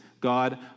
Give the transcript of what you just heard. God